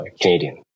Canadian